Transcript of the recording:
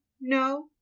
No